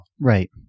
Right